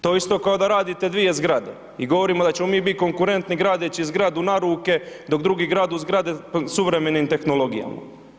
To je isto kao da radite dvije zgrade i govorimo da ćemo mi bit konkurentni gradeći zgradu na ruke, dok drugi gradu zgrade suvremenim tehnologijama.